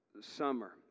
summer